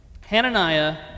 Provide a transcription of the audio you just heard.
Hananiah